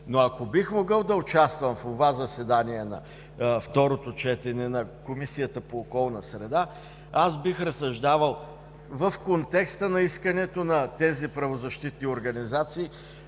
Ако бих могъл да участвам в онова заседание на второто четене на Комисията по околна среда, бих разсъждавал в контекста на искането на тези правозащитни организации